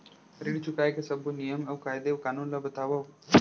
ऋण चुकाए के सब्बो नियम अऊ कायदे कानून ला बतावव